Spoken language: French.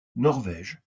norvège